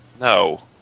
No